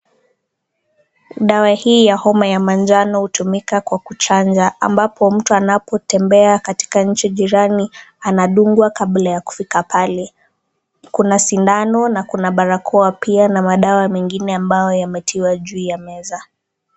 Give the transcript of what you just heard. Dawa hii ya homa ya manjano hutumika kwa kuchanja ambapo mtu anapotembea katika nchi jirani anadungwa kabla ya kufika pale. Kuna sindano na kuna barakoa pia na madawa mengine ambayo yametiwa juu ya meza.